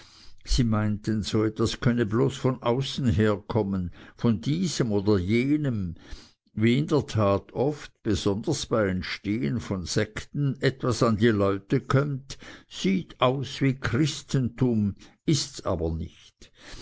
sie meinten so etwas könne bloß von außen herkommen von diesem oder jenem wie in der tat oft besonders bei entstehen von sekten etwas an die leute kömmt sieht aus wie christentum ists aber nicht